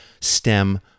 stem